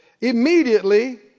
immediately